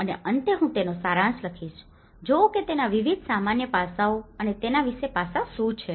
અને અંતે હું તેનો સારાંશ લખીશ જુઓ કે તેના વિવિધ સામાન્ય પાસાઓ અને તેના વિશેષ પાસાઓ શું છે